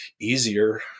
easier